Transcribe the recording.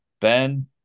Ben